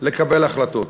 לקבל החלטות.